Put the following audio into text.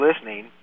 listening